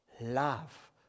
Love